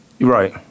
Right